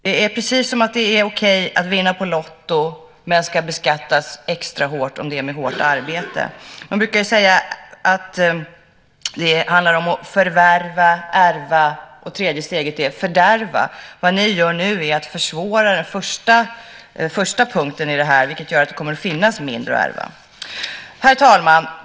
Det är precis som att det är okej att vinna på Lotto men att det ska beskattas extra hårt om det gäller hårt arbete. Man brukar säga att det handlar om att förvärva, ärva och, tredje steget, fördärva. Vad ni gör nu är att försvåra den första punkten i det här, vilket gör att det kommer att finnas mindre att ärva. Herr talman!